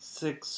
six